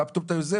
מה פתאום אתה יוזם?